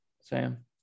sam